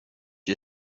you